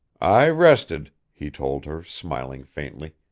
i rested, he told her, smiling faintly.